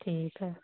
ठीक है